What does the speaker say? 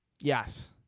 Yes